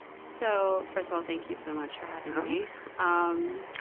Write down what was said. so first of all, thank you so much for having me. um